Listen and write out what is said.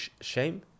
shame